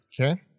Okay